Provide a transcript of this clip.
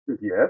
yes